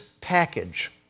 package